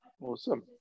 awesome